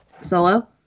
Solo